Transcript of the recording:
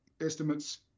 estimates